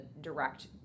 direct